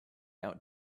out